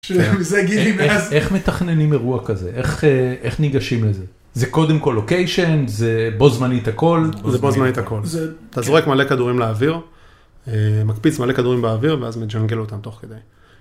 איך מתכננים אירוע כזה? איך, איך ניגשים לזה? זה קודם כל לוקיישן, זה בו זמנית הכל. זה בו זמנית הכל. אתה זורק מלא כדורים לאוויר, מקפיץ מלא כדורים באוויר, ואז מג'נגל אותם תוך כדי.